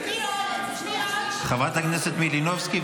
חברת הכנסת מלינובסקי,